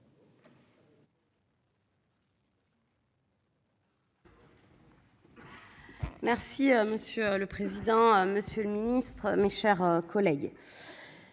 Merci monsieur le président, Monsieur le Ministre, mes chers collègues.